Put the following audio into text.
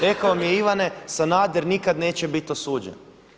Rekao mi je Ivane Sanader nikad neće biti osuđen.